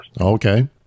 Okay